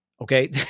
Okay